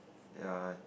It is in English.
ya